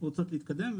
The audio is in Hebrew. רוצות להתקדם.